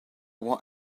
what